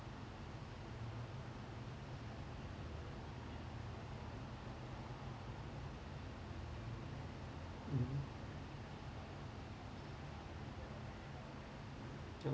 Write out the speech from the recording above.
mmhmm